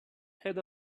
had